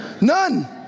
none